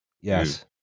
Yes